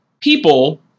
People